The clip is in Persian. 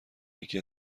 یکی